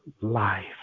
life